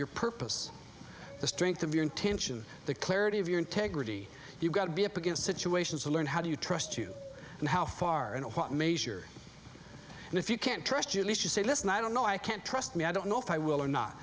your purpose the strength of your intention the clarity of your integrity you've got to be up against situations to learn how do you trust you and how far and what major and if you can't trust you need to say listen i don't know i can't trust me i don't know if i will or not